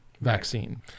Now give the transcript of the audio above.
vaccine